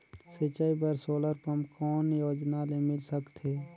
सिंचाई बर solar pump कौन योजना ले मिल सकथे?